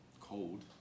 cold